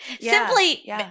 Simply